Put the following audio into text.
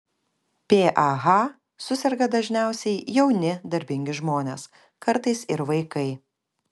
pah suserga dažniausiai jauni darbingi žmonės kartais ir vaikai